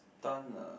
stun ah